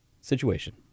situation